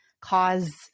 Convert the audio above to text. cause